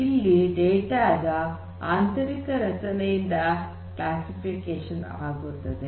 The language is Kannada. ಇಲ್ಲಿ ಡೇಟಾ ದ ಆಂತರಿಕ ರಚನೆಯಿಂದ ಕ್ಲಾಸಿಫಿಕೇಷನ್ ಆಗುತ್ತದೆ